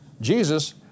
Jesus